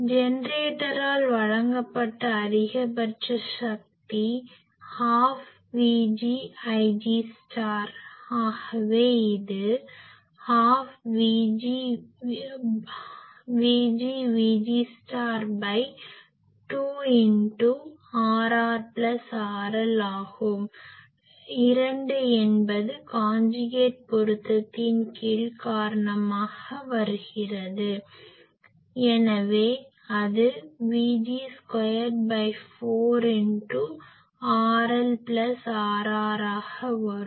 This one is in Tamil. எனவே ஜெனரேட்டரால் வழங்கப்பட்ட அதிகபட்ச சக்தி 12VgIg ஆகவே இது ½VgVg2RrRL ஆகும் 2 என்பது காஞ்சுகேட் பொருத்தத்தின் காரணமாக வருகிறது எனவே அது Vg24Rr RL ஆக வரும்